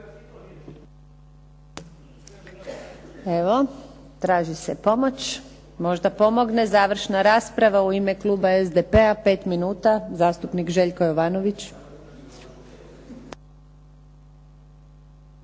Evo, traži se pomoć. Možda pomogne završna rasprava u ime kluba SDP-a, 5 minuta, zastupnik Željko Jovanović.